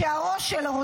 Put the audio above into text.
שהראש שלו,